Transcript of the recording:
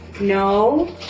No